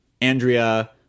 Andrea